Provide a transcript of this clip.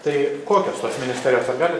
tai kokios tos ministerijos ar gali